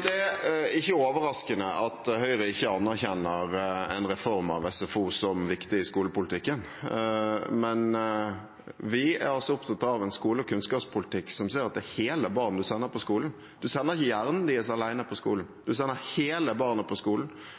Det er ikke overraskende at Høyre ikke anerkjenner en reform av SFO som viktig i skolepolitikken, men vi er altså opptatt av en skole- og kunnskapspolitikk som ser at det er hele barn man sender på skolen. Man sender ikke hjernen deres alene på skolen. Man sender hele barnet på skolen,